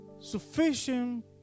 sufficient